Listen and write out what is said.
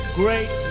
great